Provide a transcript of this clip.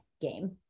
game